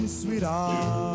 sweetheart